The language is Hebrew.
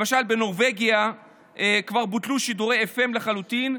למשל בנורבגיה כבר בוטלו שידורי FM לחלוטין,